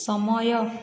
ସମୟ